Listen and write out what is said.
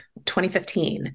2015